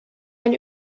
ein